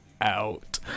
out